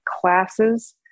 classes